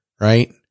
right